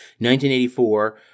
1984